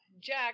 Jack